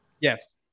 Yes